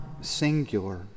singular